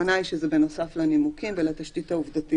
הכוונה היא שזה בנוסף לנימוקים ולתשתית העובדתית,